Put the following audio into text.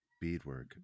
beadwork